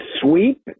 sweep